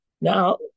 Now